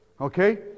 Okay